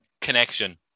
connection